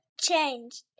changed